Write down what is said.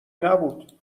نبود